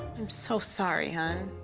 i'm so sorry, hon.